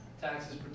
Taxes